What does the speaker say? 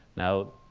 now,